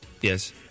Yes